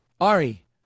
Ari